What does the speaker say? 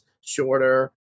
shorter